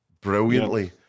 brilliantly